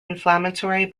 inflammatory